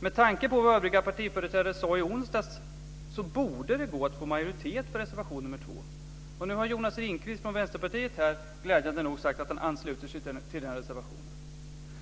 Med tanke på vad övriga partiföreträdare sade i onsdags borde det gå att få majoritet för reservation nr 2. Jonas Ringqvist från Vänsterpartiet har nu glädjande nog sagt att han ansluter sig till reservationen.